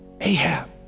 Ahab